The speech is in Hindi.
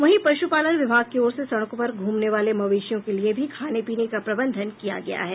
वहीं पश्पालन विभाग की ओर से सड़कों पर घूमने वाले मवेशियों के लिए भी खाने पीने का प्रबंधन किया गया है